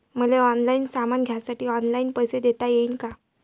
मले ऑनलाईन सामान घ्यासाठी ऑनलाईन पैसे देता येईन का?